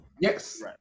yes